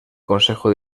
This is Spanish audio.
consejo